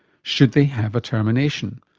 should they have a termination?